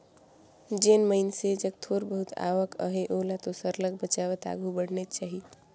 जेन मइनसे जग थोर बहुत आवक अहे ओला तो सरलग बचावत आघु बढ़नेच चाही